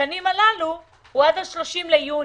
לתקנים הללו הוא עד 30 ביוני.